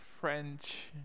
French